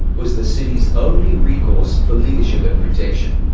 was the city's only recourse for leadership and protection,